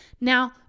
Now